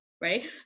right